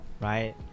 right